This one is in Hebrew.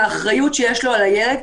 לאחריות שיש לו על הילד.